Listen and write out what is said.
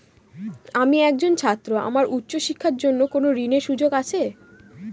আমি একজন ছাত্র আমার উচ্চ শিক্ষার জন্য কোন ঋণের সুযোগ আছে?